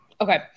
Okay